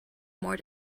more